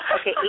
okay